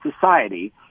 society